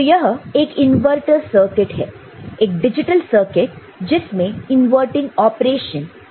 तो यह एक इनवर्टर सर्किट है एक डिजिटल सर्किट जिसमें इनवर्टिंग ऑपरेशन होता है